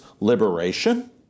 liberation